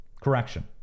Correction